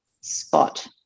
spot